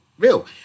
Real